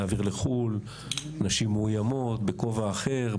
להעביר לחו"ל נשים מאוימות בכובע אחר,